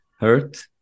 hurt